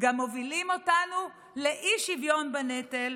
גם מובילים אותנו לאי-שוויון בנטל,